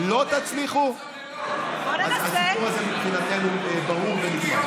לא תצליחו, הסיפור הזה מבחינתנו ברור ונגמר.